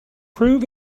prove